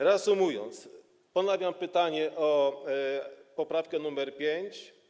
Reasumując, ponawiam pytanie o poprawkę nr 5.